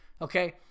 Okay